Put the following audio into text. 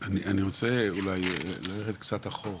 אני רוצה אולי ללכת קצת אחורה.